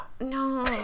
no